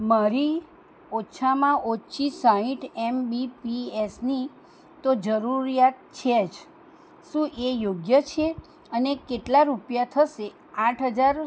મારી ઓછામાં ઓછી સાંઠ એમબીપીએસ ની તો જરૂરિયાત છે જ શું એ યોગ્ય છે અને કેટલા રૂપિયા થશે આઠ હજાર